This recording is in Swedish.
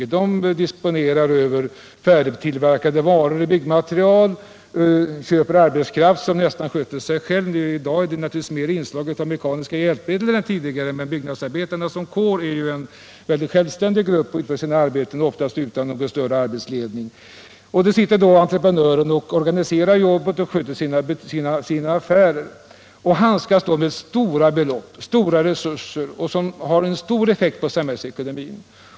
Entreprenörerna disponerar över färdigtillverkat byggnadsmaterial, köper arbetskraft som nästan sköter sig själv. I dag är det naturligtvis mer inslag av mekaniska hjälpmedel än tidigare, men byggnadsarbetarna som kår är ju en mycket självständig grupp som utför sina arbetsuppgifter oftast utan något större inslag av arbetsledning. Under tiden sitter entreprenören och organiserar jobbet och sköter sina affärer. Han handskas därvid med stora belopp och stora resurser, vilket har stor effekt på samhällsekonomin.